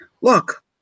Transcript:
look